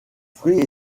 fruit